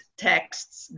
texts